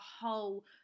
whole